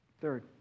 Third